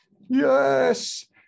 Yes